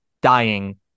dying